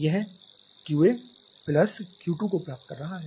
यह Q2 plus QA को प्राप्त कर रहा है